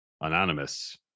anonymous